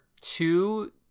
two